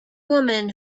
woman